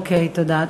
אוקיי, תודה.